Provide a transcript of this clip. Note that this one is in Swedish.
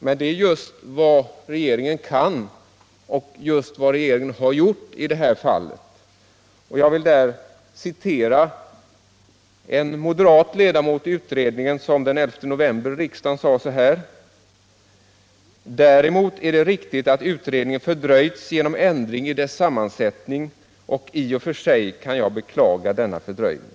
Men det är just vad regeringen kan göra och det är just vad regeringen också har gjort i det här fallet! Jag vill citera en moderat ledamot i utredningen, som den 11 november i riksdagen sade så här: ”Däremot är det riktigt att utredningen fördröjts genom ändring i dess sammansättning, och i och för sig kan jag beklaga denna fördröjning.”